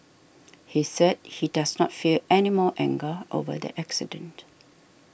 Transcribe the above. he said he does not feel any more anger over the accident